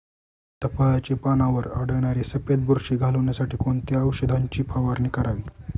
सीताफळाचे पानांवर आढळणारी सफेद बुरशी घालवण्यासाठी कोणत्या औषधांची फवारणी करावी?